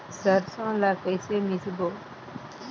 सरसो ला कइसे मिसबो?